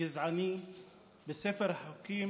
גזעני בספר החוקים